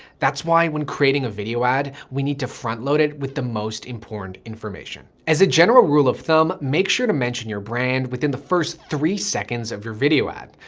that's why when creating a video ad, we need to front load it with the most important information. as a general rule of thumb, make sure to mention your brand within the first three seconds of your video ad.